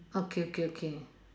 okay okay okay